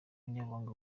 umunyamabanga